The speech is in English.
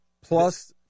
plus